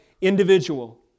individual